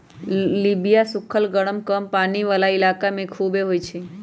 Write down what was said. लोबिया सुखल गरम कम पानी वाला इलाका में भी खुबे होई छई